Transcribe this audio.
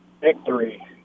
victory